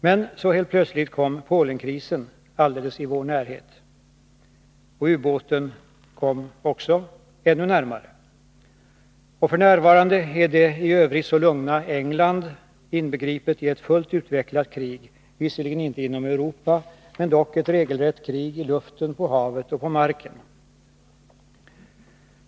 Men så helt plötsligt uppstod Polenkrisen alldeles i vår närhet. Och ubåten kom ännu närmare. F. n. är det i övrigt så lugna England inbegripet i ett fullt utvecklat krig — visserligen inte inom Europa, men dock ett regelrätt krig i luften, på havet och på marken.